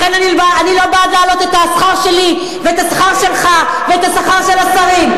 לכן אני לא בעד להעלות את השכר שלי ואת השכר שלך ואת השכר של השרים.